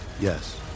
Yes